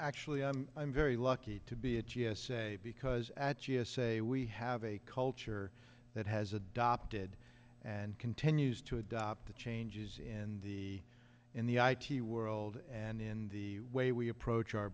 actually i'm very lucky to be a genius because at g s a we have a culture that has adopted and continues to adopt the changes in the in the i t world and in the way we approach our